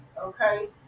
okay